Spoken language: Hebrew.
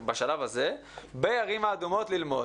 בשלב הזה, בערים האדומות ללמוד.